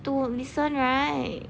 to listen right